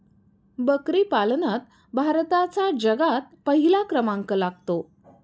बकरी पालनात भारताचा जगात पहिला क्रमांक लागतो